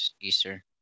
Easter